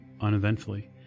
uneventfully